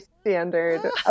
standard